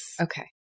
Okay